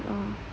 oh